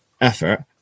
Effort